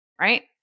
right